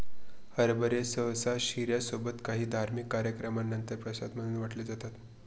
हरभरे सहसा शिर्या सोबत काही धार्मिक कार्यक्रमानंतर प्रसाद म्हणून वाटले जातात